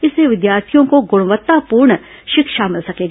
इससे विद्यार्थियों को गणवत्तापूर्ण शिक्षा मिल सकेगी